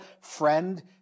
Friend